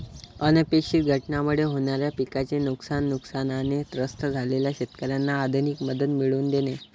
अनपेक्षित घटनांमुळे होणाऱ्या पिकाचे नुकसान, नुकसानाने त्रस्त झालेल्या शेतकऱ्यांना आर्थिक मदत मिळवून देणे